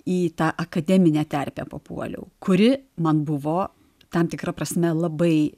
į tą akademinę terpę papuoliau kuri man buvo tam tikra prasme labai